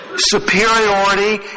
superiority